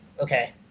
okay